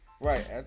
Right